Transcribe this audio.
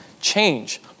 change